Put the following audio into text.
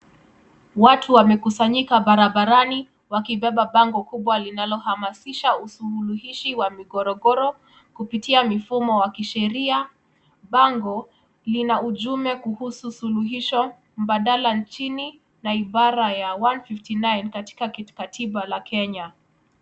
Watu wamekusanyika barabarani wakibeba bango kubwa linalohamasisha usuluhishi wa migorogoro kupitia mifumo wa kisheria. Bango lina ujumbe kuhusu suluhisho mbadala nchini na idara ya 159 katika katiba la Kenya.